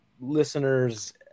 listeners